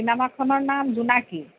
চিনেমাখনৰ নাম জোনাকী